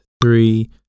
three